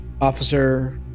Officer